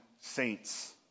saints